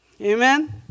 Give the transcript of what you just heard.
Amen